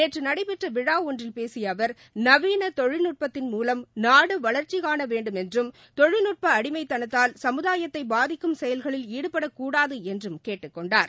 நேற்றுநடைபெற்றவிழாஒன்றில் பேசிய அவர் நவீனதொழில்நுட்பத்தின் மூலம் நாடுவளர்ச்சிகாணவேண்டுமென்றும் தொழில்நுட்பஅடிமைத்தனத்தால் சமுதாயத்தைபாதிக்கும் செயல்களில் ஈடுபடக்கூடாதுஎன்றும் கேட்டுக் கொண்டார்